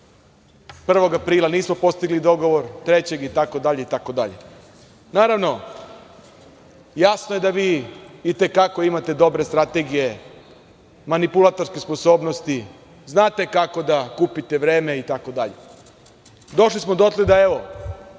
aprila nismo postigli dogovor 3. aprila, itd. Naravno, jasno je da vi i te kako imate dobre strategije, manipulatorske sposobnosti, znate kako da kupite vreme itd. Došli smo dotle da, evo,